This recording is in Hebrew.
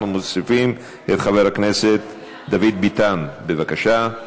אנחנו מוסיפים את חבר הכנסת דוד ביטן, בבקשה.